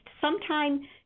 sometime